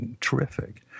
terrific